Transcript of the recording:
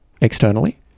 externally